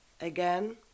again